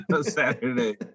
Saturday